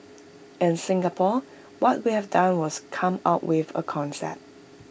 in Singapore what we have done was come up with A concept